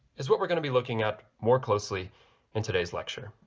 is what we're going to be looking at more closely in today's lecture.